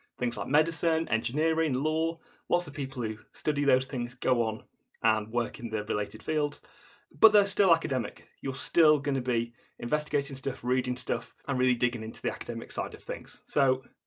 things like medicine, engineering, law lots of people who study those things go on and work in the related fields but they're still academic, you're still going to be investigating stuff, reading stuff and really digging into the academic side of things. so,